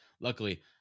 Luckily